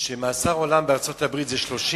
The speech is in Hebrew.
מאסר עולם בארצות-הברית זה 30 שנה,